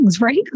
right